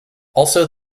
also